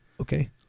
Okay